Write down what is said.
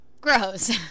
Gross